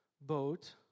Boat